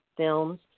films